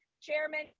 chairman